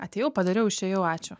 atėjau padariau išėjau ačiū